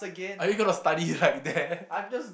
are you gonna study like there